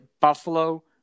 Buffalo